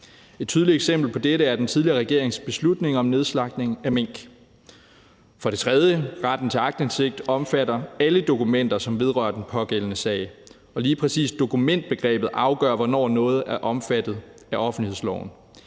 Et tydeligt eksempel på dette er den tidligere regerings beslutning om nedslagtning af mink. For det tredje omfatter retten til aktindsigt alle dokumenter, som vedrører den pågældende sag, og lige præcis dokumentbegrebet afgør, hvornår noget er omfattet af offentlighedsloven.